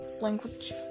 language